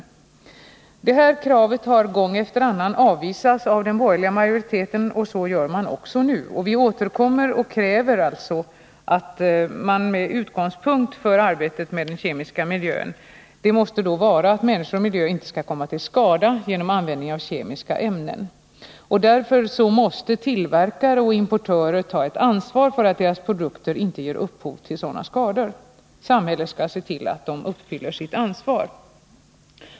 Det här kravet har gång efter annan avvisats av den borgerliga majoriteten, och så gör man även nu. Vi återkommer därför och kräver att utgångspunkten för arbetet med den kemiska miljön måste vara att människor och miljö inte skall komma till skada på grund av kemiska ämnen. Därför måste tillverkare och importörer ta sitt ansvar för att deras produkter inte ger upphov till sådana skador. Samhället skall se till att de lever upp till sitt ansvar.